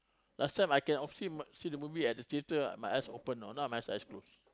last time I can oft~ see the movie at the theater my eyes open know my eyes closed